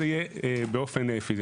זה יהיה באופן פיזי.